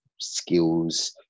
skills